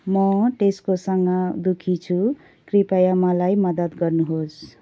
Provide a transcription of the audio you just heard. म टेस्कोसँग दुःखी छु कृपया मलाई मद्दत गर्नुहोस्